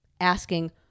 asking